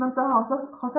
ಪ್ರತಾಪ್ ಹರಿಡೋಸ್ ಸರಿ